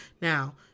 Now